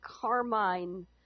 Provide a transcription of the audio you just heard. Carmine